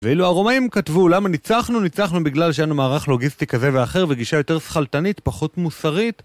ואילו הרומאים כתבו למה ניצחנו, ניצחנו בגלל שיהיה לנו מערך לוגיסטי כזה ואחר וגישה יותר שכלתנית, פחות מוסרית.